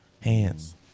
Hands